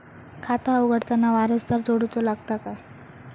खाता उघडताना वारसदार जोडूचो लागता काय?